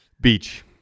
Beach